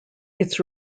its